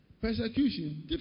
persecution